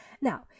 Now